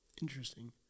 Interesting